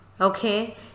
Okay